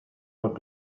not